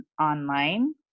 online